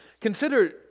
Consider